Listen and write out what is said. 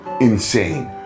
insane